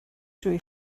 drwy